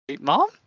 Mom